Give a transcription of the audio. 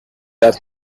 that